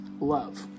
love